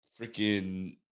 freaking